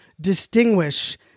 distinguish